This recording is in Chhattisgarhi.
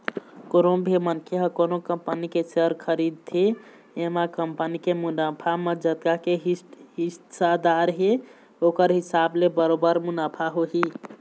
कोनो भी मनखे ह कोनो कंपनी के सेयर खरीदथे एमा कंपनी के मुनाफा म जतका के हिस्सादार हे ओखर हिसाब ले बरोबर मुनाफा होही